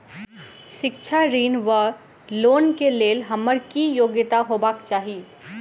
शिक्षा ऋण वा लोन केँ लेल हम्मर की योग्यता हेबाक चाहि?